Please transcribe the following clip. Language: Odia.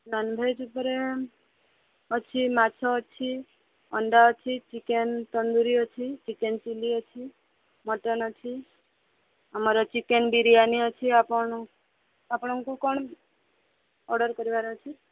ନନ୍ଭେଜ୍ ଉପରେ ଅଛି ମାଛ ଅଛି ଅଣ୍ଡା ଅଛି ଚିକେନ୍ ତନ୍ଦୁରୀ ଅଛି ଚିକେନ୍ ଚିଲ୍ଲୀ ଅଛି ମଟନ୍ ଅଛି ଆମର ଚିକେନ୍ ବିରିଆନୀ ଅଛି ଆପଣ ଆପଣଙ୍କୁ କ'ଣ ଅର୍ଡ଼ର୍ କରିବାର ଅଛି